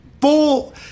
full